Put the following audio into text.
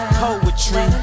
poetry